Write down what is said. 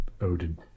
Odin